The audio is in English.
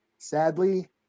sadly